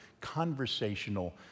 conversational